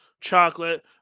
chocolate